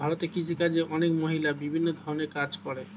ভারতে কৃষিকাজে অনেক মহিলা বিভিন্ন ধরণের কাজ করে